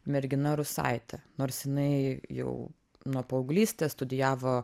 mergina rusaitė nors jinai jau nuo paauglystės studijavo